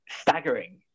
staggering